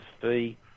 fee